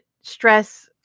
stress